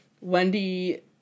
Wendy